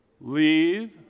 Leave